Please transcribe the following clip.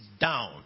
down